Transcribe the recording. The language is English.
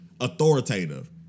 authoritative